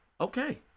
Okay